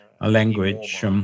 language